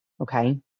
okay